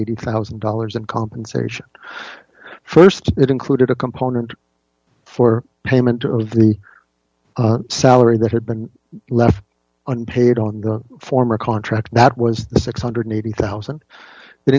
eighty thousand dollars in compensation st it included a component for payment to the salary that had been left unpaid on the former contract that was six hundred and eighty thousand